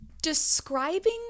Describing